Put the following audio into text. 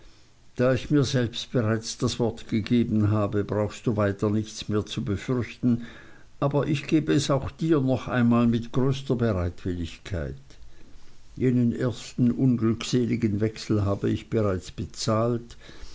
da ich mir bereits selbst das wort gegeben habe brauchst du weiter nichts mehr zu befürchten aber ich gebe es auch dir noch einmal mit größter bereitwilligkeit jenen ersten unglückseligen wechsel habe ich bereits bezahlt